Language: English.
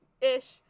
Ish